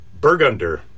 Burgunder